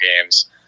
games